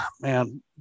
man